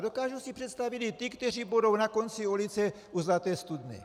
A dokážu si představit i ty, kteří budou na konci ulice u Zlaté studny.